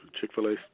Chick-fil-A